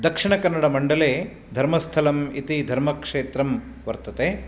दक्षिणकन्नडमण्डले धर्मस्थलम् इति धर्मक्षेत्रं वर्तते